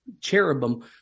cherubim